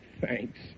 thanks